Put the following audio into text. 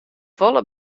folle